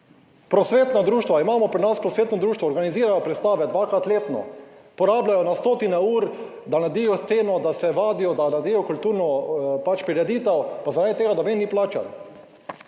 Prosvetna društva imamo. Pri nas prosvetno društvo organizirajo predstave dvakrat letno, porabljajo na stotine ur, da naredijo sceno, da se vadijo, da naredijo kulturno prireditev, pa zaradi tega noben ni plačan.